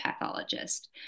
pathologist